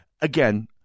Again